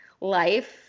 life